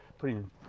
Putting